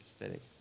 aesthetic